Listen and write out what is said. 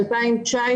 ב-2019